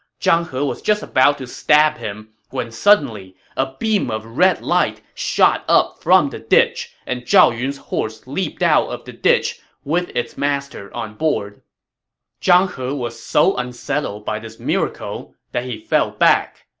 zhang he was just about to stab him when suddenly a beam of red light shot up from the ditch, and zhao yun's horse leaped out of the ditch with its master on board zhang he was so unsettled by this miracle that he fell back,